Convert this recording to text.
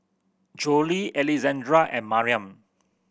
Jolie Alexandra and Mariam